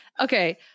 okay